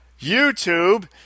YouTube